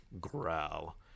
growl